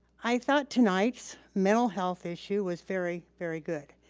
i thought tonight, mental health issue was very, very good.